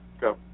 go